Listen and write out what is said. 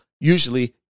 usually